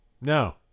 No